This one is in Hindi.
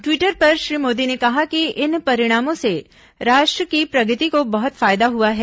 दवीटर पर श्री मोदी ने कहा कि इन परिणामों से राष्ट्र की प्रगति को बहुत फायदा हुआ है